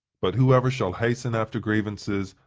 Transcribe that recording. but whoever shall hasten after grievances,